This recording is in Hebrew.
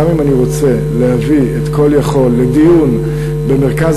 גם אם אני רוצה להביא את "Call יכול" לדיון במרכז